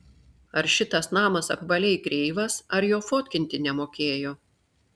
ar šitas namas apvaliai kreivas ar jo fotkinti nemokėjo